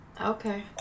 Okay